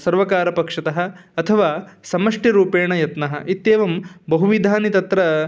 सर्वकारपक्षतः अथवा समष्टिरूपेण यत्नः इत्येवं बहु विधानि तत्र